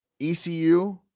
ECU